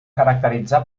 caracteritzar